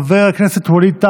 חבר הכנסת ווליד טאהא,